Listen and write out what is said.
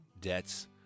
debts